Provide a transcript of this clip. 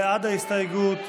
בעד ההסתייגות,